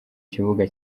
kibuga